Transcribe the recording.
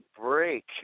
break